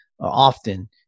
often